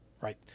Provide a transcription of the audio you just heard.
right